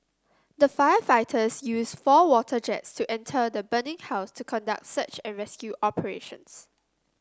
the firefighters use four water jets to enter the burning house to conduct search and rescue operations